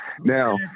now